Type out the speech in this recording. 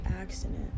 accident